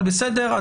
אבל בסדר,